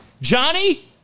Johnny